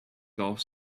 golf